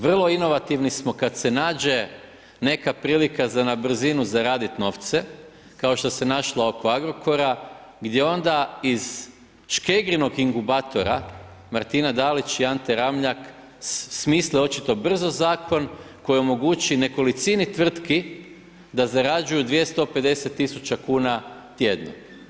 Vrlo inovativni smo kad se nađe neka prilika za na brzinu zaraditi novce, kao što se našlo oko Agrokora, gdje onda iz Škegrinog inkubatora, Martina Dalić i Ante Ramljak, smisle očito brzo zakon, koji omogući nekolicini tvrtki da zarađuju 250000 kuna tjedno.